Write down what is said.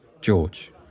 George